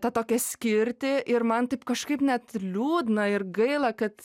tą tokią skirtį ir man taip kažkaip net liūdna ir gaila kad